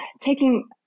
taking